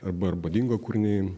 arba arba dingo kūriniai